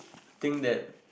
think that